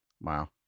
Wow